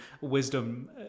wisdom